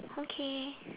okay